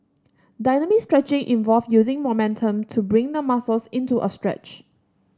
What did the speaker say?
dynamic stretching involve using momentum to bring the muscles into a stretch